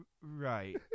Right